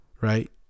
Right